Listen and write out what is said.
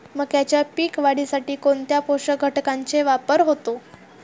मक्याच्या पीक वाढीसाठी कोणत्या पोषक घटकांचे वापर होतो?